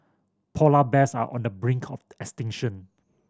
polar bears are on the brink of extinction